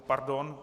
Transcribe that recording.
Pardon.